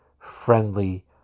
friendly